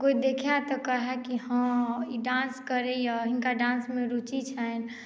कोइ देखय तऽ कहय कि हँ ई डांस करैए हिनका डांसमे रूचि छनि